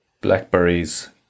blackberries